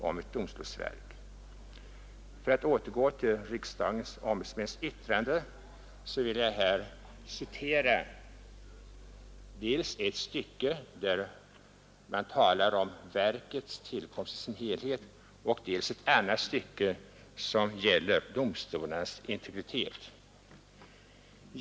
I detta sammanhang vill jag gå tillbaka till riksdagens ombudsmäns remissyttrande över domstolsverksutredningens betänkande och citera dels ett stycke där man talar om verkets tillkomst i dess helhet, dels ett annat stycke som gäller domstolarnas integritet.